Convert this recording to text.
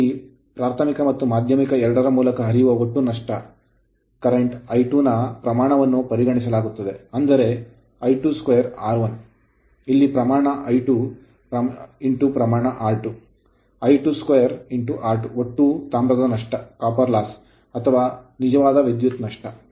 ಇಲ್ಲಿ ಪ್ರಾಥಮಿಕ ಮತ್ತು ಮಾಧ್ಯಮಿಕ ಎರಡರ ಮೂಲಕ ಹರಿಯುವ ಒಟ್ಟು ನಷ್ಟ ಪ್ರಸ್ತುತ I2 ನ ಪ್ರಮಾಣವನ್ನು ಪರಿಗಣಿಸಲಾಗುತ್ತದೆ ಅಂದರೆ lI2 l2 R1 ಇಲ್ಲಿ ಪ್ರಮಾಣ I2 ಪ್ರಮಾಣ R2 lI2' l2 R2 ಒಟ್ಟು ತಾಮ್ರದ ನಷ್ಟ ಅಥವಾ ನಿಜವಾದ ವಿದ್ಯುತ್ ನಷ್ಟ